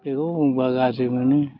बेखौ बुंबा गाज्रि मोनो